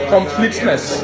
Completeness